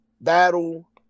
battle